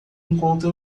enquanto